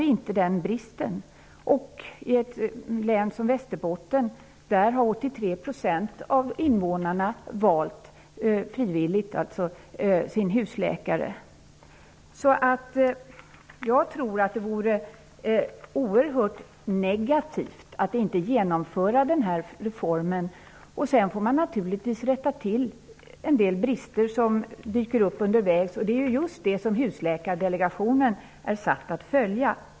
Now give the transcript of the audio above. I Västerbottens län har 83 % av invånarna frivilligt valt husläkare. Jag tror att det vore oerhört negativt att inte genomföra denna reform. Sedan får man naturligtvis rätta till de brister som dyker upp under vägen. Just detta är Husläkardelegationen satt att följa.